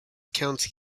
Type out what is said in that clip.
county